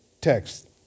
text